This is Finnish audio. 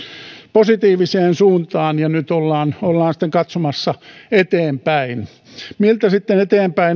positiiviseen suuntaan nyt ollaan ollaan sitten katsomassa eteenpäin miltä sitten eteenpäin